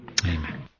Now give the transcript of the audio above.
Amen